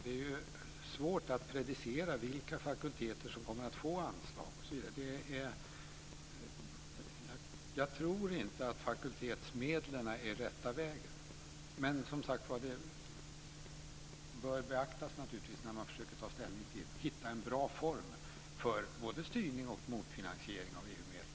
Det är svårt att precisera vilka fakulteter som kommer att få anslag. Jag tror inte att fakultetsmedlen är rätta vägen. Men som sagt bör det naturligtvis beaktas när man försöker hitta en bra form för både styrning och motfinansiering av EU medlen.